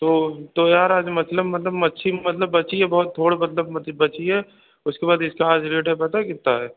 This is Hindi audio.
तो तो यार आज मतलब मतलब मछली मतलब बची है बहुत थोड़ी मतलब बची है उसके बाद इसका आज रेट है पता है कितना है